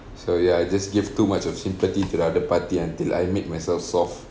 so ya I just give too much of sympathy to the other party until I make myself soft